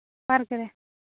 park ᱨᱮ